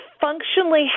functionally